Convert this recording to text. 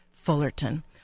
Fullerton